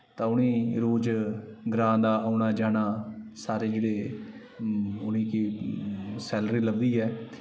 तां उ'नें ई रोज ग्रांऽ दा औना जाना सारें गितै उ'नें गी सैलरी लब्भदी ऐ